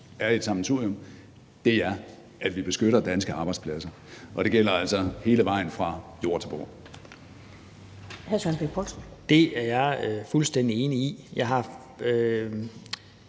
er et sammensurium – er, at vi beskytter danske arbejdspladser? Og det gælder altså hele vejen fra jord til bord. Kl. 15:07 Første næstformand